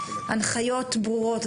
הנחיות ברורות.